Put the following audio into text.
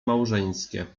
małżeńskie